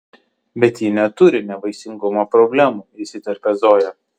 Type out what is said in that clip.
bet ji neturi nevaisingumo problemų įsiterpia zoja